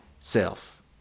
Self